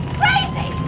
crazy